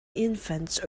infants